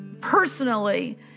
personally